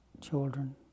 children